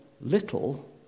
little